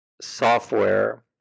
software